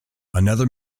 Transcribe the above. another